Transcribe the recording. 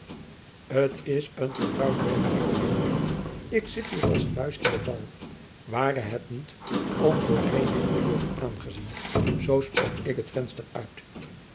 t is een verbruid werk riep de jongeling ik zit hier als een muis in de val ware het niet om voor geen dief te worden aangezien zoo sprong ik het venster uit